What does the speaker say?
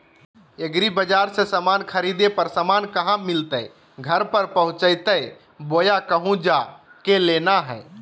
एग्रीबाजार से समान खरीदे पर समान कहा मिलतैय घर पर पहुँचतई बोया कहु जा के लेना है?